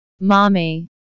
mommy